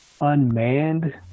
unmanned